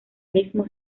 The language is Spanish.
mismo